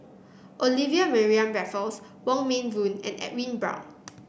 Olivia Mariamne Raffles Wong Meng Voon and Edwin Brown